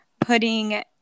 putting